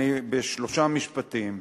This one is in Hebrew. בשלושה משפטים: